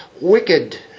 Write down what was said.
wicked